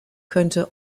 könnte